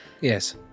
Yes